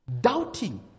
doubting